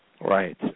Right